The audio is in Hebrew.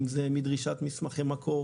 אם זה מדרישת מסמכי מקור,